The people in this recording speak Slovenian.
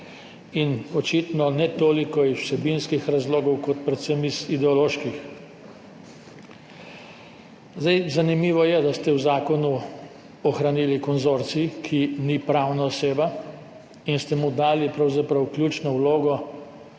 in očitno ne toliko iz vsebinskih razlogov kot predvsem iz ideoloških. Zdaj, zanimivo je, da ste v zakonu ohranili konzorcij, ki ni pravna oseba in ste mu dali pravzaprav ključno vlogo